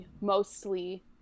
mostly